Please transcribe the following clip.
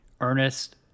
Ernest